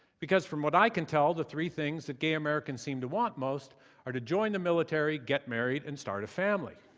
because from what i can tell, the three things gay americans seem to want most are to join the military, get married and start a family.